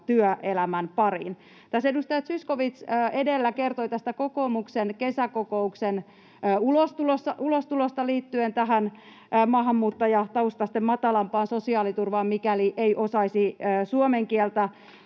työelämän pariin. Tässä edustaja Ben Zyskowicz edellä kertoi tästä kokoomuksen kesäkokouksen ulostulosta liittyen tähän maahanmuuttajataustaisten matalampaan sosiaaliturvaan, mikäli ei osaisi suomen kieltä.